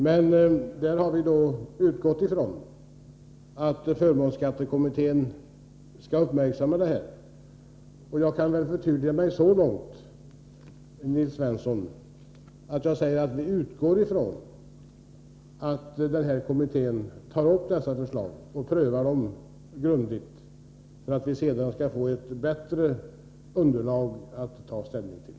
Men vi har utgått ifrån att förmånsskattekommittén skall uppmärksamma frågan, och jag kan förtydliga mig så mycket, Nils Svensson, att jag säger att vi utgår ifrån att kommittén tar upp dessa förslag och prövar dem grundligt, så att vi sedan får ett bättre underlag att ta ställning till.